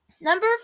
Number